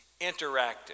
interactive